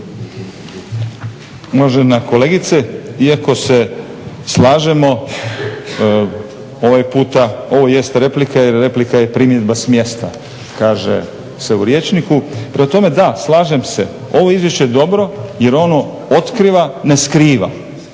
Uvažena kolegice, iako se slažemo, ovaj puta, ovo jest replika jer replika je primjedba s mjesta, kaže se u rječniku. Prema tome da, slažem se, ovo je izvješće dobro jer ono otkriva, ne skriva.